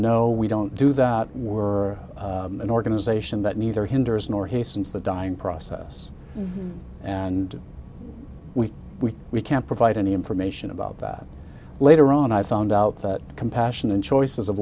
no we don't do that were an organization that neither hinders nor hastens the dying process and we we we can't provide any information about that later on i found out that the compassion and choices of